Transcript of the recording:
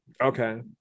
okay